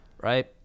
Right